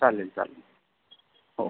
चालेल चालेल हो हो